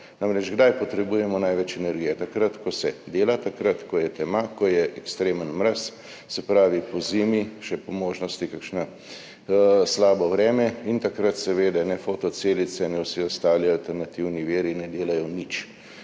namreč potrebujemo največ energije? Takrat ko se dela, takrat ko je tema, ko je ekstremen mraz, se pravi pozimi, še po možnosti kakšno slabo vreme, in takrat seveda ne fotocelice ne vsi ostali alternativni viri ne delajo nič.